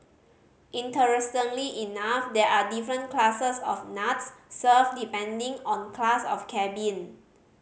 interestingly enough there are different classes of nuts served depending on class of cabin